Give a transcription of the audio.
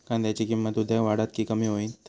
कांद्याची किंमत उद्या वाढात की कमी होईत?